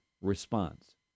response